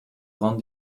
grande